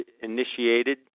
initiated